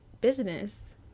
business